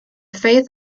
faith